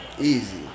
Easy